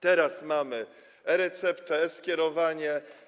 Teraz mamy e-receptę, e-skierowanie.